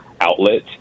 outlet